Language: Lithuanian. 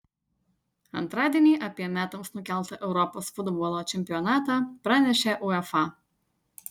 antradienį apie metams nukeltą europos futbolo čempionatą pranešė uefa